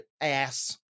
ass